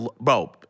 Bro